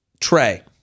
Trey